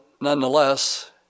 Nonetheless